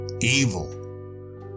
evil